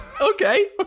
okay